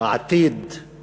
שהעתיד